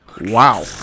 Wow